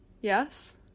yes